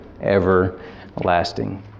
Everlasting